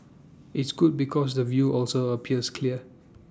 it's good because the view also appears clear